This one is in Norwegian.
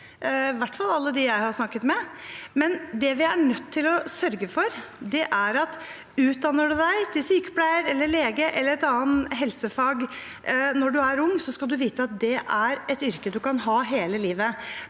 i hvert fall alle dem jeg har snakket med. Men det vi er nødt til å sørge for, er at utdanner man seg til sykepleier eller lege eller et annet helsefagyrke når man er ung, så skal man vite at det er et yrke man kan ha hele livet.